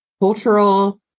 cultural